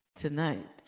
Tonight